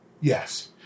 Yes